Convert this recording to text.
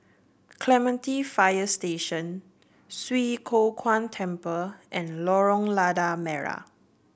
Clementi Fire Station Swee Kow Kuan Temple and Lorong Lada Merah